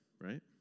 right